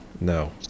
no